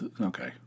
okay